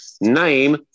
Name